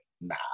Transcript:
nah